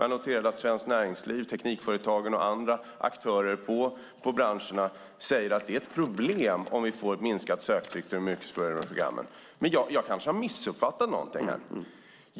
Jag noterar att Svenskt Näringsliv, Teknikföretagen och andra aktörer i branscherna säger att det är problem om det blir ett minskat söktryck för de yrkesförberedande programmen. Jag kanske har missuppfattat något här.